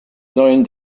sollen